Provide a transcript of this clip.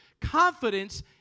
Confidence